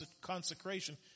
consecration